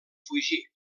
fugir